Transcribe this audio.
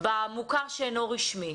בגנים במוכר שאינו רשמי,